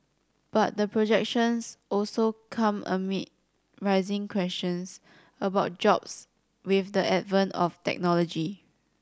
but the projections also come amid rising questions about jobs with the advent of technology